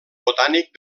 botànic